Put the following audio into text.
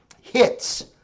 Hits